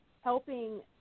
helping